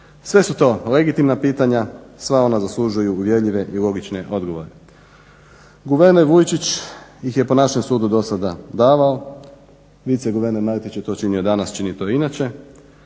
Sve su to legitimna pitanja, sva ona zaslužuju uvjerljive i logične odgovore. Guverner Vujčić ih je po našem sudu dosada davao, viceguverner Martić je to činio danas, čini to i inače,